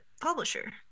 publisher